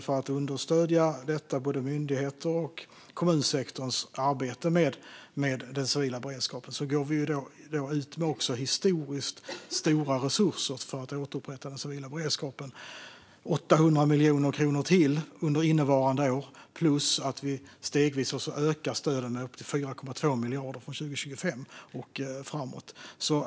För att understödja både myndigheternas och kommunsektorns arbete med den civila beredskapen går vi också ut med historiskt stora resurser för att återupprätta den civila beredskapen: ytterligare 800 miljoner kronor under innevarande år, plus att vi stegvis ökar stöden med upp till 4,2 miljarder från 2025 och framåt.